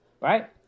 Right